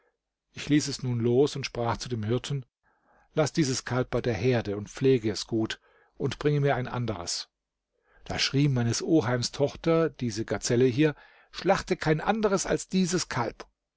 ich ließ es nun los und sprach zu dem hirten laß dieses kalb bei der herde und verpflege es gut und bring mir ein anderes da schrie meines oheims tochter diese gazelle hier schlachte kein anderes als dieses kalb